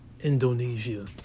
Indonesia